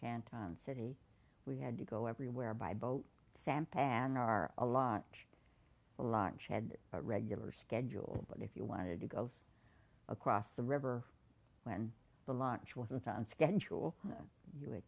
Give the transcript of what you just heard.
canton city we had to go everywhere by boat sampan are a lot a lot chad regular schedule but if you wanted to go across the river when the launch wasn't on schedule you it